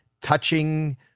touching